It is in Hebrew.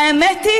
והאמת היא